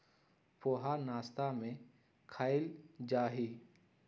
पोहा नाश्ता में खायल जाहई